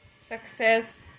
Success